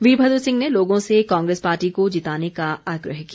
वीरभद्र सिंह ने लोगों से कांग्रेस पार्टी को जिताने का आग्रह किया